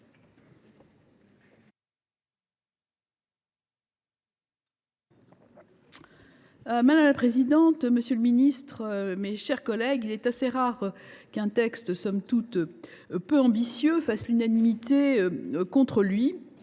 Madame la présidente, monsieur le ministre, mes chers collègues, il est assez rare qu’un texte somme toute peu ambitieux fasse ainsi l’unanimité contre lui